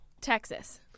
Texas